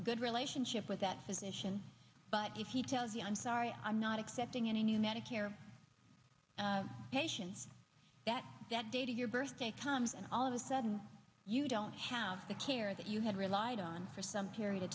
good relationship with that position but if he tells you i'm sorry i'm not accepting any new medicare patients that that day to your birthday comes and all of a sudden you don't have the care that you had relied on for some period of